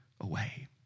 away